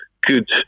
good